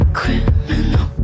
criminal